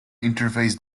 interface